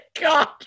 God